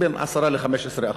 בין 10% ל-15%.